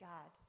God